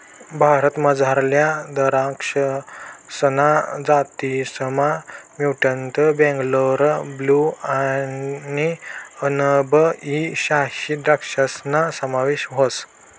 भारतमझारल्या दराक्षसना जातीसमा म्युटंट बेंगलोर ब्लू आणि अनब ई शाही द्रक्षासना समावेश व्हस